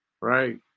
Right